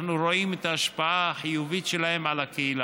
אנחנו רואים את ההשפעה החיובית שלהם על הקהילה.